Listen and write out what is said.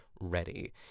ready